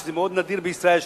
שזה מאוד נדיר בישראל,